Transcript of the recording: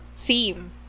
Theme